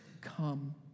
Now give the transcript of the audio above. come